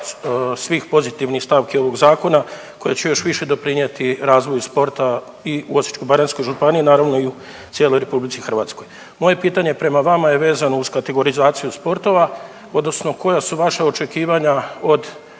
svih pozitivnih stavki ovog zakona koje će još više doprinijeti razvoju sporta i u Osječko-baranjskoj županiji, naravno i u cijeloj RH. Moje pitanje prema vama je vezano uz kategorizaciju sportova odnosno koja su vaša očekivanja od